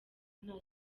nta